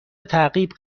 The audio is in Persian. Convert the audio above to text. تعقیب